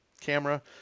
camera